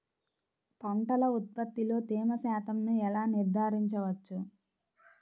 పంటల ఉత్పత్తిలో తేమ శాతంను ఎలా నిర్ధారించవచ్చు?